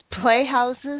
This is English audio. Playhouses